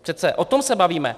Přece o tom se bavíme!